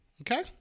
okay